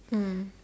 mm